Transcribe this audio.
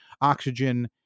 oxygen